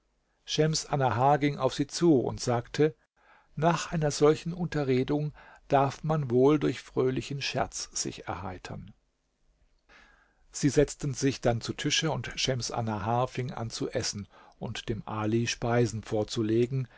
schems annahar ging auf sie zu und sagte nach einer solchen unterredung darf man wohl durch fröhlichen scherz sich erheitern sie setzten sich dann zu tische und schems annahar fing an zu essen und dem ali speisen vorzulegen